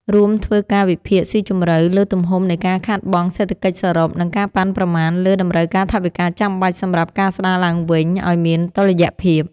រួចធ្វើការវិភាគស៊ីជម្រៅលើទំហំនៃការខាតបង់សេដ្ឋកិច្ចសរុប និងការប៉ាន់ប្រមាណលើតម្រូវការថវិកាចាំបាច់សម្រាប់ការស្តារឡើងវិញឱ្យមានតុល្យភាព។